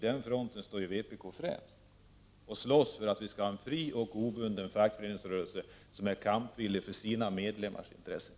Där står vpk främst. Vi slåss för en fri och obunden fackföreningsrörelse som är kampvillig beträffande de egna medlemmarnas intressen.